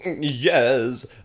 Yes